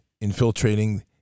infiltrating